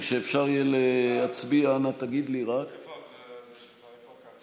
אני הצגתי את החוק בתחילת דבריי.